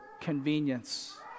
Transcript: convenience